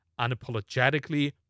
unapologetically